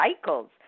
cycles